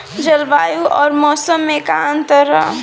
जलवायु अउर मौसम में का अंतर ह?